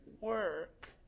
work